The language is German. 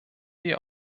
wir